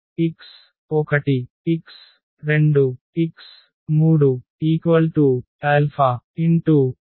x1 x2 x3 0 0 1